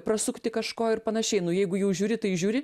prasukti kažko ir panašiai nu jeigu jau žiūri tai žiūri